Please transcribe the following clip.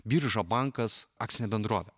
birža bankas akcinė bendrovė